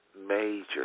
major